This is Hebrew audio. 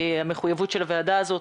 המחויבות של הוועדה הזאת.